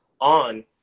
on